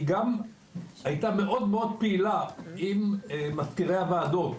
היא גם הייתה מאוד מאוד פעילה עם מזכירי הוועדות,